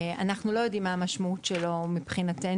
אנחנו לא יודעים מה המשמעות שלו מבחנתנו,